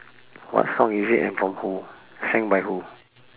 what song is it and from who sang by who